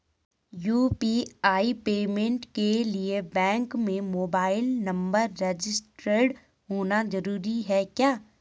UPI payment के लिए bank में मोबाइल नंबर रजिस्टर्ड होना जरूरी है क्या?